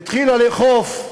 התחילה לאכוף,